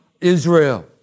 Israel